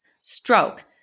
stroke